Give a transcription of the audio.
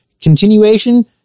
continuation